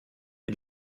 die